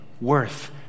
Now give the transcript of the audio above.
worth